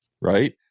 right